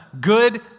good